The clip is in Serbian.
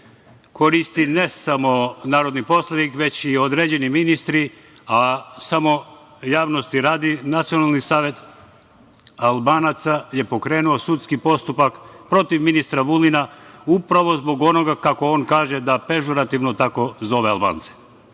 koristi ne samo narodni poslanik, već i određeni ministri. Javnosti radi, Nacionalni savet Albanaca je pokrenuo sudski postupak protiv ministra Vulina, upravo zbog onoga, kako on kaže, da pežorativno tako zove Albance. Želim